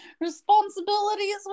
responsibilities